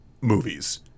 movies